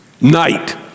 night